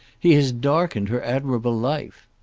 he has darkened her admirable life.